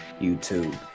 YouTube